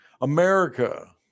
America